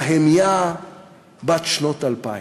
להמיה בת שנות אלפיים.